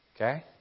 Okay